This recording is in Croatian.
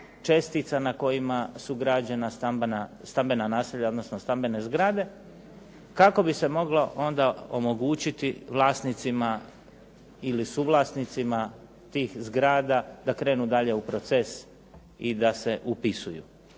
čestica na kojima su građena stambena naselja, odnosno stambene zgrade kako bi se moglo onda omogućiti vlasnicima ili suvlasnicima tih zgrada da krenu dalje u proces i da se upisuju.